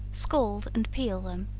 scald and peel them,